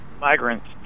migrants